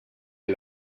est